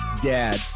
dad